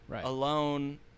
Alone